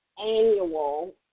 annual